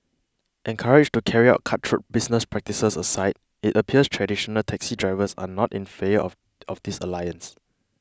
encouraged to carry out cutthroat business practices aside it appears traditional taxi drivers are not in favour of of this alliance